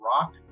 rock